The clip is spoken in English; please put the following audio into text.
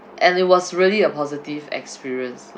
and it was really a positive experience